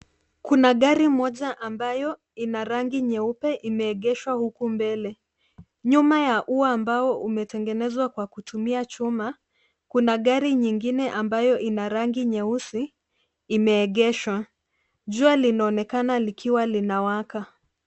Kuna gari moja ambayo ina rangi nyeupe imeegeshwa huku mbele. Nyuma ya ua ambao umetengenezwa kwa kutumia chuma, kuna gari nyingine ambayo ina rangi nyeusi imeegeshwa. Jua linaonekana likiwa lina waka.